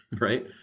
right